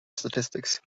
statistics